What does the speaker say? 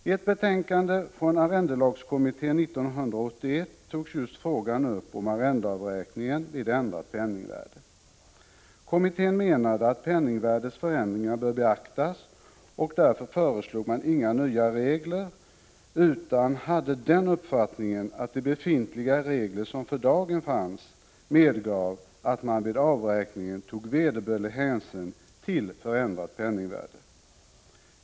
I ett betänkande från arrendelagskommittén 1981 togs just frågan om arrendeavräkningen vid ändrat penningvärde upp. Kommittén menade att penningvärdets förändringar bör beaktas, och därför föreslog man inga nya regler utan hade den uppfattningen, att de regler som för dagen fanns medgav att det vid avräkningen togs vederbörlig hänsyn till förändrat penningvärde.